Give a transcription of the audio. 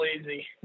easy